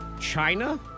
China